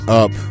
up